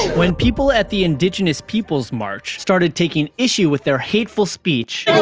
when people at the indigenous peoples march started taking issue with their hateful speech,